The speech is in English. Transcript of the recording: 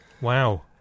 Wow